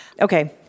Okay